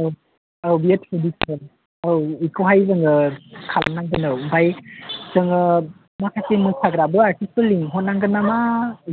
औ औ बियो ट्रेडिसनेल औ बेखौहाय जोङो खालामनांगोन औ ओमफ्राय जोङो माखासे मोसाग्राबो आर्टिस्त लिंहरनांगोन नामा